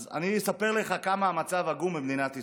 אז אני אספר לך כמה המצב עגום במדינת ישראל.